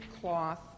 cloth